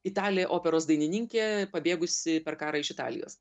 italė operos dainininkė pabėgusi per karą iš italijos